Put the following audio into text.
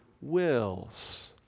wills